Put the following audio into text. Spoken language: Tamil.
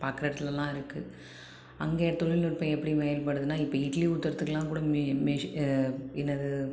பார்க்குற இடத்துலலாம் இருக்குது அங்கே தொழில்நுட்பம் எப்படி மேம்படுதுன்னால் இப்போ இட்லி ஊத்துகிறதுக்கெல்லாம் கூட மி மிஷின்னு என்னது